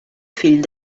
fill